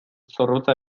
zorrotza